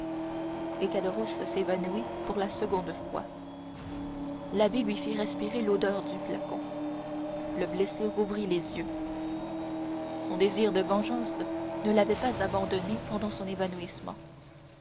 et caderousse s'évanouit pour la seconde fois l'abbé lui fit respirer l'odeur du flacon le blessé rouvrit les yeux son désir de vengeance ne l'avait pas abandonné pendant son évanouissement